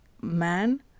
man